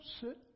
sit